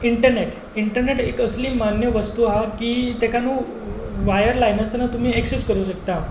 internet internet एक असली मान्य वस्तू आसा की तेका न्हु वायर लायनासतना तुमी ताका ऍक्सॅस करूंक शकतात